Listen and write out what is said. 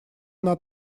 она